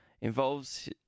involves